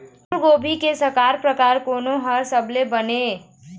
फूलगोभी के संकर परकार कोन हर सबले बने ये?